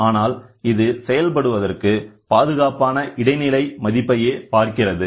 ஆனால் இது செயல்படுவதற்கு பாதுகாப்பான இடைநிலை மதிப்பையே பார்க்கிறது